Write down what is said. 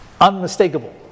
unmistakable